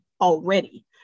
already